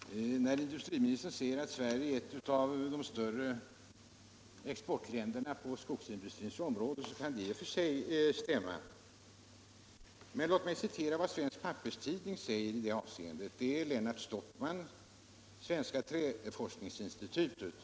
Herr talman! Industriministern säger att Sverige är ett av de större exportländerna på skogsindustrins område. Det kan i och för sig stämma. Men låt mig citera vad Lennart Stockman i Svenska träforskningsinstitutet säger i Svensk Papperstidning.